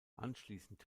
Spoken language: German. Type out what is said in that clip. anschließend